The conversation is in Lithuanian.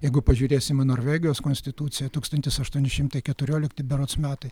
jeigu pažiūrėsim į norvegijos konstituciją tūkstantis aštuoni šimtai keturiolikti berods metai